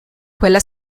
quella